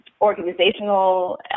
organizational